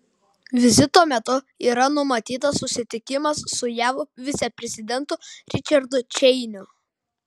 vizito metu yra numatytas susitikimas su jav viceprezidentu ričardu čeiniu